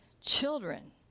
children